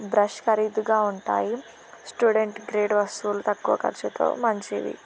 brush ఖరీదుగా ఉంటాయి student grade వస్తువులు తక్కువ ఖర్చుతో మంచివి